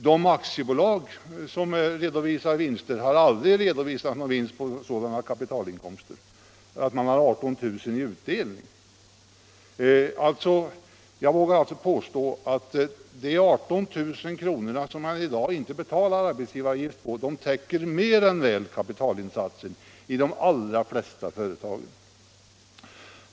De aktiebolag som redovisar vinster har aldrig redovisat någon sådan vinst på kapitalinkomster att man har 18 000 kr. i utdelning. Jag vågar alltså påstå att de 18 000 kr. som företagaren inte betalar arbetsgivaravgift på i de allra flesta företag mer än väl täcker kapitalinsatsen.